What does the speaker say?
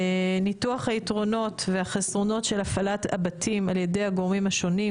ניתוח היתרונות והחסרונות של הפעלת הבתים על ידי הגורמים השונים,